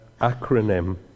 acronym